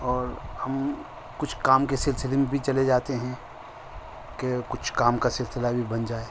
اور ہم کچھ کام کے سلسلے میں بھی چلے جاتے ہیں کہ کچھ کام کا سلسلہ بھی بن جائے